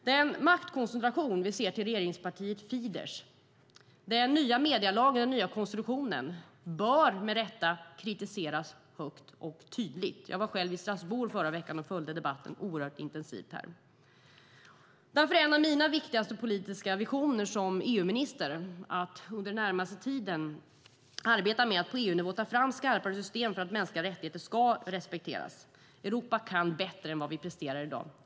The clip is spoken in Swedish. Den maktkoncentration vi ser till regeringspartiet Fidesz, den nya medielagen och den nya konstitutionen bör med rätta kritiseras högt och tydligt. Jag var själv i Strasbourg förra veckan och följde debatten oerhört intensivt där. Därför är en av mina viktigaste politiska visioner som EU-minister att under den närmaste tiden arbeta med att på EU-nivå ta fram skarpare system för att mänskliga rättigheter ska respekteras. Europa kan bättre än vad vi presterar i dag.